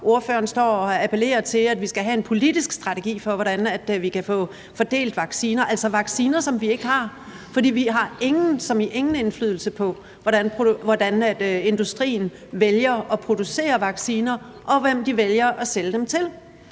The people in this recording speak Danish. ordføreren står og appellerer til, at vi skal have en politisk strategi for, hvordan vi kan få fordelt vacciner. Det er altså vacciner, som vi ikke har, for vi har ingen – som i ingen – indflydelse på, hvordan industrien vælger at producere vacciner, og hvem de vælger at sælge dem til.